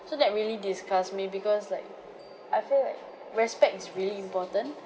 so that really disgust me because like I feel like respect is really important